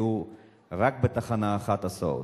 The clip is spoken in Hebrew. יהיו רק בתחנה אחת הסעות.